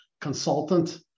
consultant